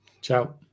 Ciao